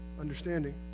understanding